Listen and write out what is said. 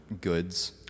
goods